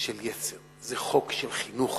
של יצר, זה חוק של חינוך